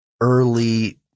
early